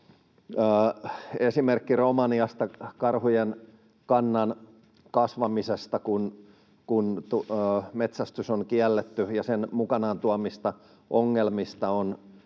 Esimerkki Romaniasta karhujen kannan kasvamisesta — kun metsästys on kielletty — ja sen mukanaan tuomista ongelmista on